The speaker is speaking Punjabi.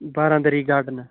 ਬਾਰਾਦਰੀ ਗਾਰਡਨ